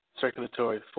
Circulatory